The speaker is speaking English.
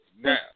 now